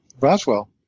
Roswell